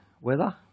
weather